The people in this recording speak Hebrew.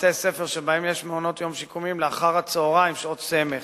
ובבתי-ספר שבהם יש מעונות יום שיקומיים לאחר-הצהריים שעות סמך